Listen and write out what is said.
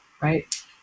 right